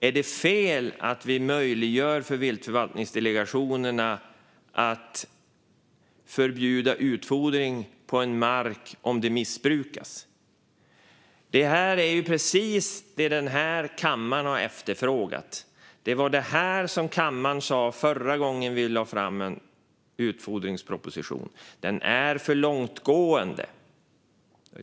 Är det fel att vi möjliggör för viltförvaltningsdelegationerna att förbjuda utfodring på en mark om det missbrukas? Det här är ju precis det som denna kammare har efterfrågat. Förra gången vi lade fram en utfodringsproposition sa kammaren att den var för långtgående.